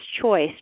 choice